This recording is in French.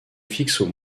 fixent